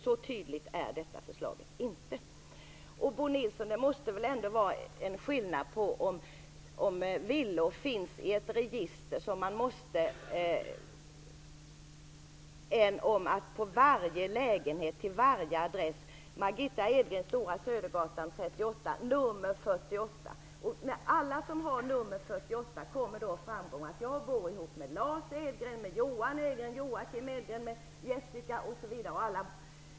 Så tydligt är inte detta förslag. Det måste väl ändå vara en skillnad mellan att villor finns i ett register och att man för varje lägenhet anger t.ex. Margitta Edgren, Stora Södergatan 38, nr 48. Av detta kommer då att framgå att jag bor ihop med Lars Edgren, med Johan Edgren, Joakim Edgren, 48.